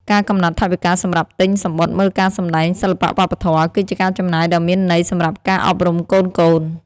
ការកំណត់ថវិកាសម្រាប់ទិញសំបុត្រមើលការសម្តែងសិល្បៈវប្បធម៌ គឺជាការចំណាយដ៏មានន័យសម្រាប់ការអប់រំកូនៗ។